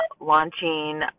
launching